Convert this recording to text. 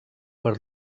per